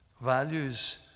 Values